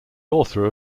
author